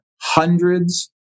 hundreds